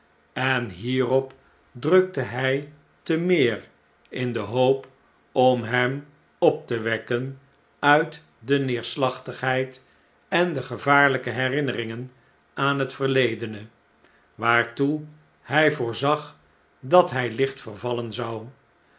en hierop drukte hij te meer in de hoop om hem op te wekken uit de neerslachtigheid en de gevaarljjke herinneringen aan het verledene waartoe hy voorzag dat hij licht vervallen zou